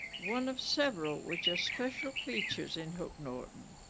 one of several which are special features in hook norton